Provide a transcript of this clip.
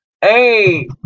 Hey